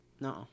No